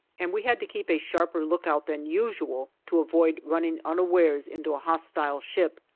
and we had to keep a sharper lookout than usual to avoid running unawares into a hostile ship,